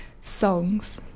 songs